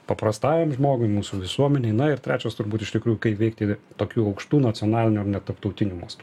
paprastąjam žmogui mūsų visuomenei na ir trečias turbūt iš tikrųjų kaip veikti tokiu aukštu nacionaliniu ar net tarptautiniu mastu